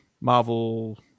marvel